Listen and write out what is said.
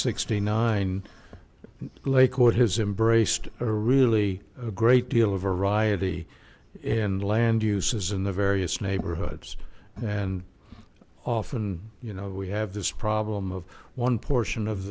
sixty nine lakewood has embraced a really great deal of variety in land uses in the various neighborhoods and often you know we have this problem of one portion of